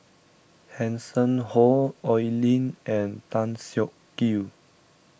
Hanson Ho Oi Lin and Tan Siak Kew